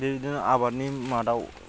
बेनो आबादनि मादाव